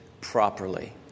properly